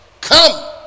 come